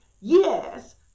Yes